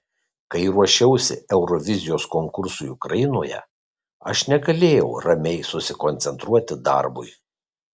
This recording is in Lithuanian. kai ruošiausi eurovizijos konkursui ukrainoje aš negalėjau ramiai susikoncentruoti darbui